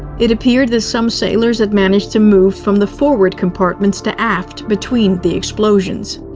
it appeared that some sailors had managed to move from the forward compartments to aft between the explosions.